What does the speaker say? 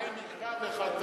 שניים מקרא ואחד תרגום.